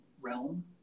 realm